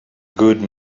good